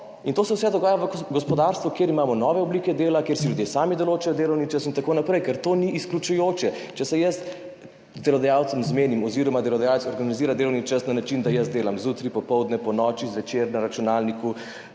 in to se vse dogaja v gospodarstvu, kjer imamo nove oblike dela, kjer si ljudje sami določajo delovni čas in tako naprej, ker to ni izključujoče. Če se jaz z delodajalcem zmenim oziroma delodajalec organizira delovni čas na način, da jaz delam zjutraj, popoldne, ponoči, zvečer na računalniku,